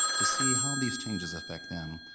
to see how these changes affect them?